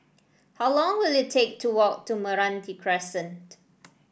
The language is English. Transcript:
how long will it take to walk to Meranti Crescent